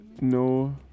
No